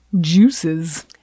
juices